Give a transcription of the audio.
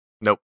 Nope